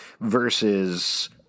versus